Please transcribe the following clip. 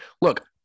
look –